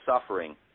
suffering